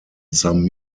some